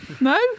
No